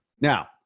Now